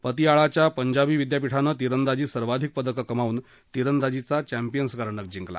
पतियाळाच्या पंजाबी विद्यापीठानं तिरंदाजीत सर्वाधिक पदकं कमावून तिरंदाजीचा चॅपियन्स करंडक जिंकला